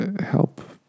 help